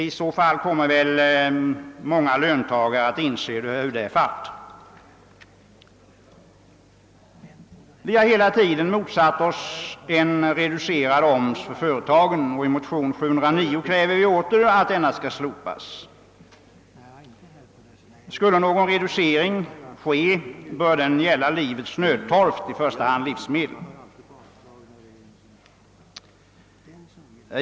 I så fall kommer väl många löntagare att inse hur det är fatt. Vi har hela tiden motsatt oss en reducerad omsättningsskatt för företagen och i motion II: 709 kräver vi åter att denna skall slopas. Skulle någon reducering göras borde den gälla livets nödtorft, i första hand livsmedel.